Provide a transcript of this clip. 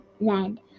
land